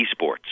esports